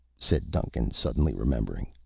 said duncan, suddenly remembering.